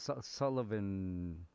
Sullivan